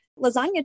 Lasagna